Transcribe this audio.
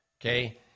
okay